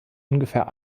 ungefähr